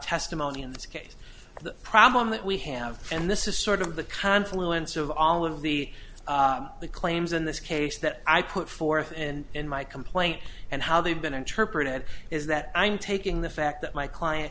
testimony in this case the problem that we have and this is sort of the confluence of all of the claims in this case that i put forth and in my complaint and how they've been interpreted is that i'm taking the fact that my client